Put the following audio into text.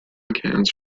cans